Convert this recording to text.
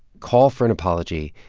call for an apology.